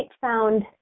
found